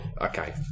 Okay